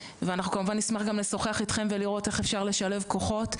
ואנחנו כמובן נשמח גם לשוחח אתכם ולראות איך אפשר לשלב כוחות.